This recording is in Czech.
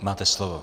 Máte slovo.